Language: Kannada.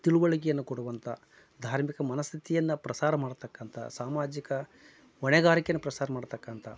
ತಿಳುವಳಿಕೆಯನ್ನು ಕೊಡುವಂಥ ಧಾರ್ಮಿಕ ಮನಸ್ಥಿತಿಯನ್ನ ಪ್ರಸಾರ ಮಾಡ್ತಕ್ಕಂಥ ಸಾಮಾಜಿಕ ಹೊಣೆಗಾರಿಕೆಯನ್ನು ಪ್ರಸಾರ ಮಾಡ್ತಕ್ಕಂಥ